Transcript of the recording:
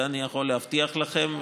את זה אני יכול להבטיח לכם.